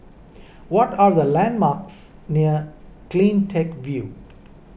what are the landmarks near CleanTech View